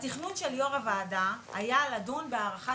התכנון של יו"ר הוועדה היה לדון בהארכת